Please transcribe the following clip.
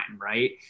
right